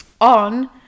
on